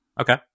Okay